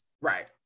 Right